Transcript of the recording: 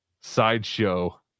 sideshow